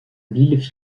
ville